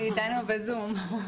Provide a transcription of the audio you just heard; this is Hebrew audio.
היא איתנו בזום.